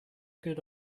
good